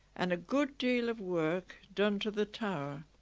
and a good deal of work done to the tower